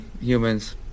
humans